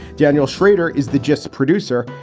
daniel schrader is the just producer.